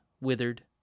withered